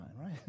right